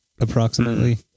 approximately